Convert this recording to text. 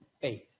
faith